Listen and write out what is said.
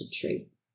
truth